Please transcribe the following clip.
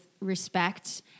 respect